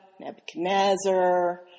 Nebuchadnezzar